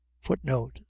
footnote